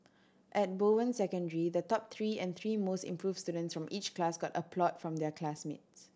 at Bowen Secondary the top three and the three most improved students from each class got applause from their classmates